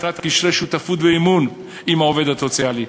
קשרי שותפות ואמון עם העובד הסוציאלי,